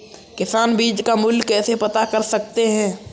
किसान बीज का मूल्य कैसे पता कर सकते हैं?